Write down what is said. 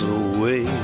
away